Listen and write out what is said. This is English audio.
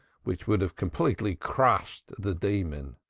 which would have completely crushed the demon.